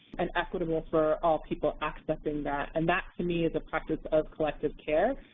and equitable for all people accessing that. and that, to me, is a practice of collective care,